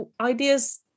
ideas